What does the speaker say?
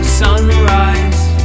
sunrise